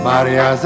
Maria